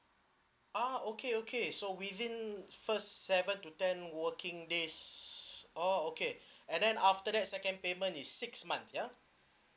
ah okay okay so within first seven to ten working days orh okay and then after that second payment is six months ya